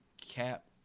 cap